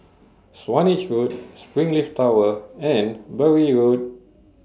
Swanage Road Springleaf Tower and Bury Road